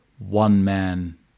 one-man